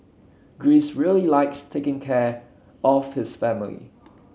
Greece really likes taking care of his family